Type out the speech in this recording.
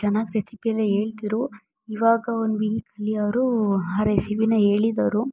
ಚೆನ್ನಾಗಿ ರೆಸಿಪಿಯೆಲ್ಲ ಹೇಳ್ತಿದ್ರು ಇವಾಗ ಒಂದು ವೀಕಲ್ಲಿ ಅವರು ಆ ರೆಸಿಪಿನ ಹೇಳಿದರು